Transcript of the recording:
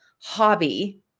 hobby